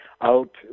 out